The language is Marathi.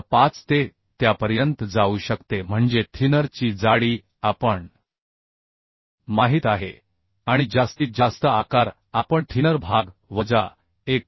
5 ते त्यापर्यंत जाऊ शकते म्हणजे थिनर ची जाडी आपण माहित आहे आणि जास्तीत जास्त आकार आपण थिनर भाग वजा 1